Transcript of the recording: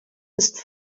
ist